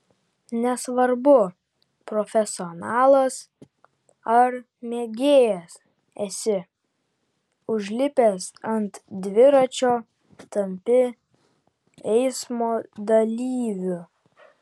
nesvarbu profesionalas ar mėgėjas esi užlipęs ant dviračio tampi eismo dalyviu